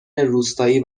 روستایی